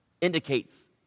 indicates